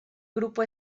grupo